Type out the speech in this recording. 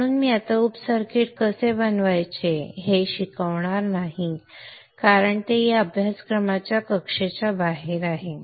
म्हणून मी आता उप सर्किट कसे बनवायचे ते शिकवणार नाही कारण ते या अभ्यासक्रमाच्या कक्षेच्या बाहेर आहे